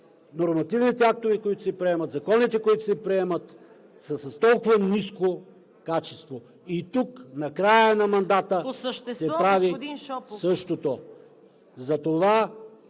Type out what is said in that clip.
нормативните актове, които се приемат, законите, които се приемат, да са с толкова ниско качество. И тук, накрая на мандата...